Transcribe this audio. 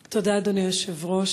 תודה, אדוני היושב-ראש.